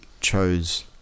chose